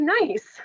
nice